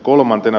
kolmantena